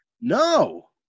No